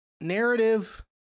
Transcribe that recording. narrative